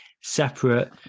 separate